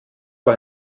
war